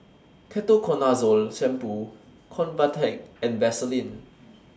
Ketoconazole Shampoo Convatec and Vaselin